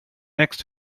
next